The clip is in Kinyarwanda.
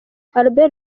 albert